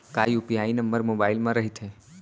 का UPI number mobile म रहिथे?